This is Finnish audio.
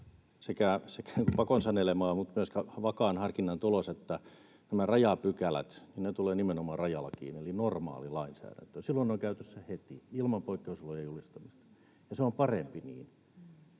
sekä pakon sanelemaa mutta myöskin vakaan harkinnan tulos, että nämä rajapykälät tulevat nimenomaan rajalakiin eli normaalilainsäädäntöön. Silloin ne ovat käytössä heti ilman poikkeusolojen julistamista, ja se on parempi niin.